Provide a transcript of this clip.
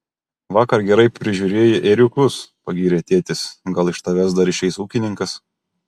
vakar gerai prižiūrėjai ėriukus pagyrė tėtis gal iš tavęs dar išeis ūkininkas